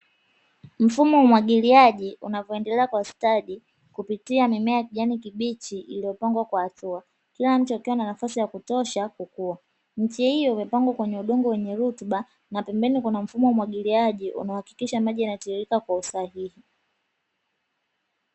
Mfumo wa umwagiliaji unavyoendelea kwa ustadi kupitia mimea ya kijani kibichi iliyopangwa kwa hatua kila mche ikiwa na nafasi ya kutosha kukua. Miche hiyo imepandwa kwenye udongo wenye rutuba na mfumo wa umwagiliaji unaohakikisha maji yanatiririka kwa usahihi.